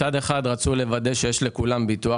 רצו לוודא שיש לכולם ביטוח.